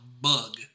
bug